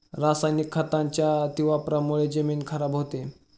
रासायनिक खतांच्या अतिवापरामुळे जमीन खराब होते